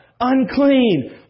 unclean